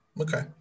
Okay